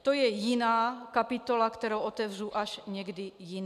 To je jiná kapitola, kterou otevřu až někdy jindy.